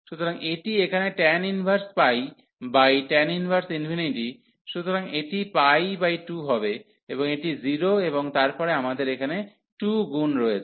সুতরাং এটি এখানে tan inverse by tan inverse infinity সুতরাং এটি 2 হবে এবং এটি 0 এবং তারপরে আমাদের এখানে 2 গুন রয়েছে